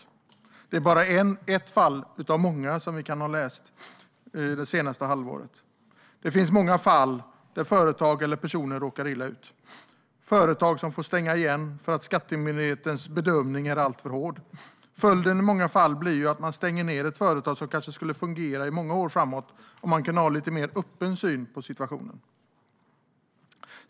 Detta är bara ett av många fall som vi har kunnat läsa om under det senaste halvåret. Det finns många fall där företag eller personer råkar illa ut och där företag får stänga igen på grund av att skattemyndighetens bedömning är alltför hård. Följden blir i många fall att man stänger ned ett företag som kanske skulle fungera i många år framöver om man kunde ha en lite mer öppen syn på situationen.